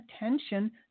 attention